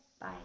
Bye